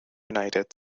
united